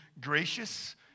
gracious